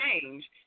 change